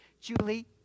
Julie